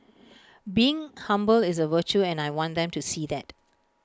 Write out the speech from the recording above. being humble is A virtue and I want them to see that